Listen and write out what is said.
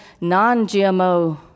non-GMO